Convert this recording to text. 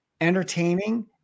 entertaining